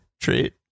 treat